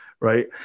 Right